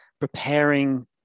preparing